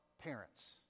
parents